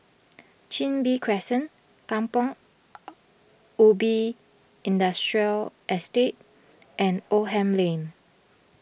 Chin Bee Crescent Kampong Ubi Industrial Estate and Oldham Lane